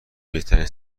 بهترین